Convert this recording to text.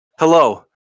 Hello